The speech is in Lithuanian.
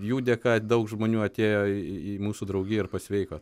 jų dėka daug žmonių atėjo į į į mūsų draugiją ir pasveiko